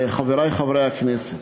חברי חברי הכנסת,